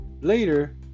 later